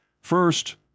First